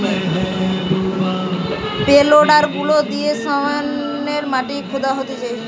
pay loader যেগুলা দিয়ে সামনের মাটিকে খুদা হতিছে